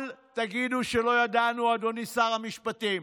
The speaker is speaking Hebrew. אל תגידו "לא ידענו", אדוני שר המשפטים.